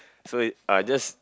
so it uh just